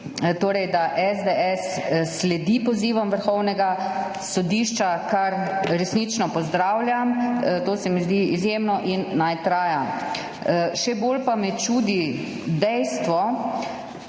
čudi, da SDS sledi pozivom Vrhovnega sodišča, kar resnično pozdravljam, to se mi zdi izjemno in naj traja. Še bolj pa me čudi to dejstvo